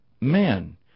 men